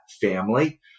family